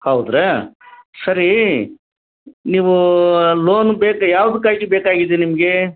ಹೌದ್ರಾ ಸರಿ ನೀವು ಲೋನ್ ಬೇಕು ಯಾವುದಕ್ಕಾಗಿ ಬೇಕಾಗಿದೆ ನಿಮ್ಗೆ